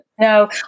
No